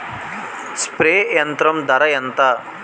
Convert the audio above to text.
Spray యంత్రం ధర ఏంతా?